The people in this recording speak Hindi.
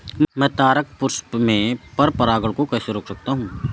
मैं तारक पुष्प में पर परागण को कैसे रोक सकता हूँ?